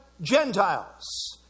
Gentiles